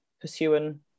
pursuing